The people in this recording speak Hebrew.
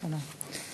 תודה.